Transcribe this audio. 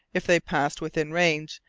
if they passed within range,